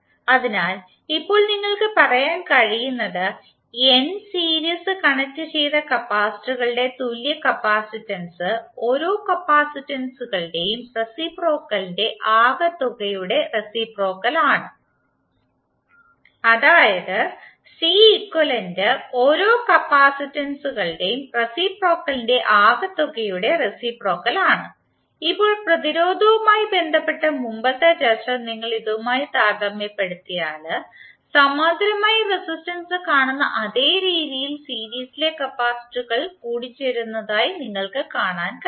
അതിനാൽ ഇപ്പോൾ നിങ്ങൾക്ക് പറയാൻ കഴിയുന്നത് n സീരീസ് കണക്റ്റുചെയ്ത കപ്പാസിറ്ററുകളുടെ തുല്യ കപ്പാസിറ്റൻസ് ഓരോ കപ്പാസിറ്റൻസുകളുടെ റെസിപ്രോക്കലിന്റെ ആകെത്തുകയുടെ റെസിപ്രോക്കൽ ആണ് അതായത് Ceq ഓരോ കപ്പാസിറ്റൻസുകളുടെ റെസിപ്രോക്കലിന്റെ ആകെത്തുകയുടെ റെസിപ്രോക്കൽ ആണ് ഇപ്പോൾ പ്രതിരോധവുമായി ബന്ധപ്പെട്ട മുമ്പത്തെ ചർച്ച നിങ്ങൾ ഇതുമായി താരതമ്യപ്പെടുത്തിയാൽ സമാന്തരമായി റെസിസ്റ്റൻസ് കാണുന്ന അതേ രീതിയിൽ സീരീസിലെ കപ്പാസിറ്ററുകൾ കൂടിച്ചേരുന്നതായി നിങ്ങൾക്ക് കാണാൻ കഴിയും